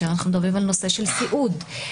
סיעוד,